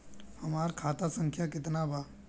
हमार खाता संख्या केतना बा?